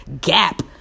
gap